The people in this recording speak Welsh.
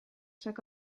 rhag